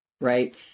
right